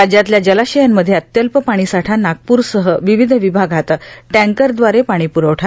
राज्यातल्या जलाशयांमध्ये अत्यल्प पाणीसाठा नागप्रसह विविध विभागात टँकरदवारे पाणीप्रवठा